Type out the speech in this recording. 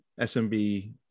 SMB